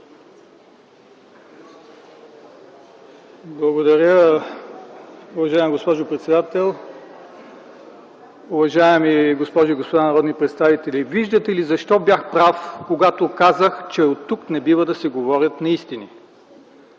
Благодаря, уважаема госпожо председател. Уважаеми госпожи и господа народни представители, виждате ли защо бях прав, когато казах, че оттук не бива да се говорят неистини.